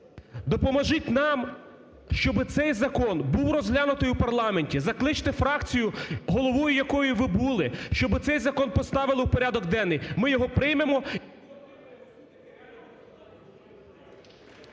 Допоможіть нам, щоби цей закон був розглянутий у парламенті, закличте фракцію, головою якої ви були, щоб цей закон поставили в порядок денний, ми його приймемо.